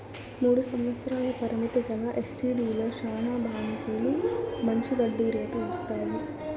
మూడు సంవత్సరాల పరిమితి గల ఎస్టీడీలో శానా బాంకీలు మంచి వడ్డీ రేటు ఇస్తాయి